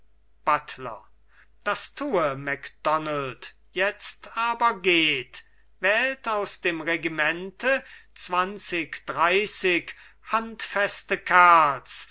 buttler das tue macdonald jetzt aber geht wählt aus dem regimente zwanzig dreißig handfeste kerls